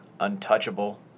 untouchable